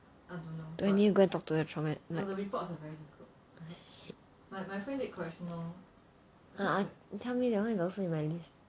do I need to go and talk to the traum~ like tell me that one is also in my list